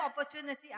opportunity